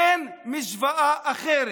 אין משוואה אחרת.